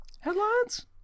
Headlines